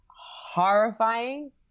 horrifying